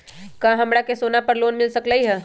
का हमरा के सोना पर लोन मिल सकलई ह?